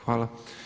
Hvala.